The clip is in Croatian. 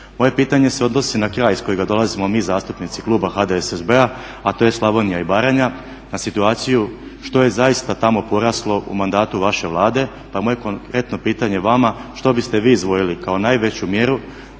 Moje pitanje se odnosi na kraj iz kojega dolazimo mi zastupnici kluba HDSSB-a, a to je Slavonija i Baranja, na situaciju što je zaista tamo poraslo u mandatu vaše Vlade. Pa je moje konkretno pitanje vama što biste vi izdvojili kao najveću mjeru